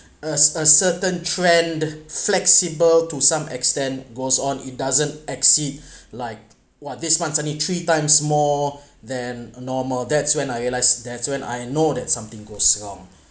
a a certain trend flexible to some extent goes on it doesn't exceed like !wah! this month's suddenly three times more than a normal that's when I realised there's when I know that something goes wrong